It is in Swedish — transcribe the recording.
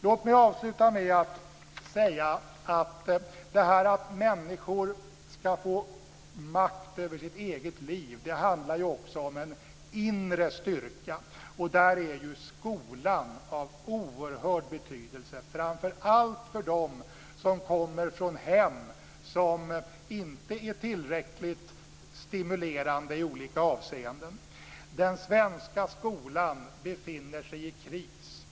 Låt mig avsluta med att säga att det här att människor skall få makt över sitt eget liv också handlar om en inre styrka. Där är skolan av en oerhörd betydelse, framför allt för dem som kommer från hem som inte är tillräckligt stimulerande i olika avseenden. Den svenska skolan befinner sig i kris.